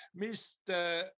Mr